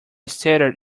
stared